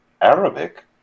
Arabic